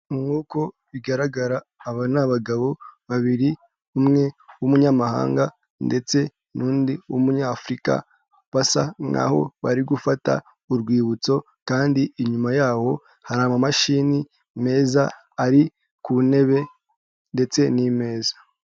Nk'uko bigaragara aba ni abagabo babiri, umwe w'umunyamahanga ndetse n'undi w'Umunyafurika, basa nkaho bari gufata urwibutso kandi inyuma yaho hari amamashini meza ari ku ntebe ndetse n'imeza.